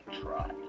try